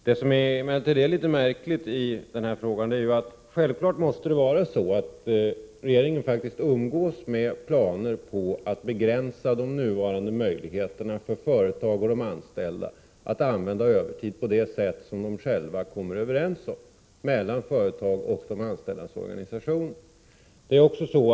Det som emellertid är litet märkligt i den här frågan är att det de facto måste vara så, att regeringen umgås med planer på att begränsa de nuvarande möjligheterna för företag och anställda att använda övertid på det sätt som de själva kommer överens om — mellan företagen och de anställdas organisationer.